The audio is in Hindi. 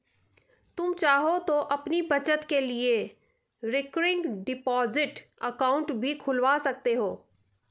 तुम चाहो तो अपनी बचत के लिए रिकरिंग डिपॉजिट अकाउंट भी खुलवा सकते हो